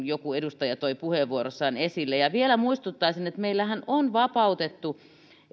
joku edustaja toi puheenvuorossaan esille vielä muistuttaisin että meillähän on vapautettu